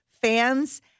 Fans